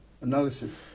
analysis